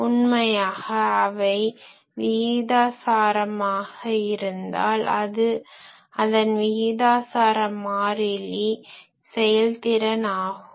உண்மையாக அவை விகிதாசாரமாக இருந்தால் அதன் விகிதாசார மாறிலி செயல்திறன் ஆகும்